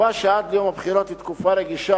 התקופה שעד ליום הבחירות היא תקופה רגישה,